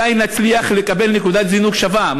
מתי נצליח לקבל נקודת זינוק שווה?